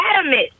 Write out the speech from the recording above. adamant